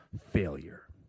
failure